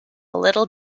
little